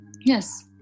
Yes